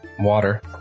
water